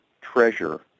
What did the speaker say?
treasure